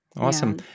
Awesome